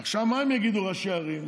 עכשיו, מה הם יגידו, ראשי הערים?